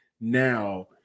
now –